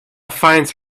finds